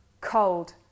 cold